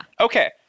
Okay